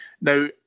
Now